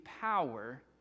power